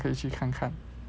有空可以去看看